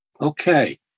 Okay